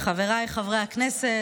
חבריי חברי הכנסת,